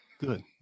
Good